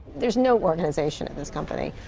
there is no organization in this company.